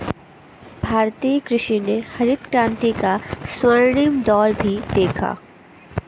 भारतीय कृषि ने हरित क्रांति का स्वर्णिम दौर भी देखा